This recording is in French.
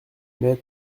mets